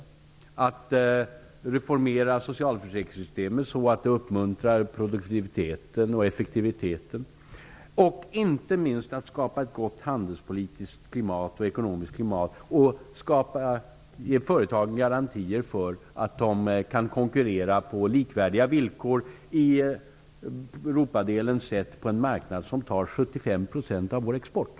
Man måste reformera socialförsäkringssystemet så att det uppmuntrar produktiviteten och effektiviteten och inte minst skapa ett gott handelspolitiskt och ekonomiskt klimat och ge företagen garantier för att de kan konkurrera på likvärdiga villkor i Europa, en marknad som tar 75 % av vår export.